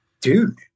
dude